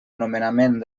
nomenament